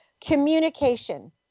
Communication